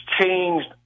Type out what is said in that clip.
changed